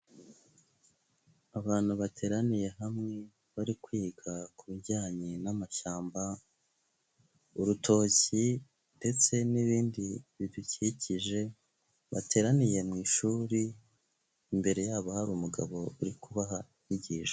Abantu bateraniye hamwe, bari kwiga ku bijyanye n'amashyamba, urutoki ndetse n'ibindi bidukikije, bateraniye mu ishuri, imbere yabo hari umugabo uri kubaha inyigisho.